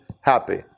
happy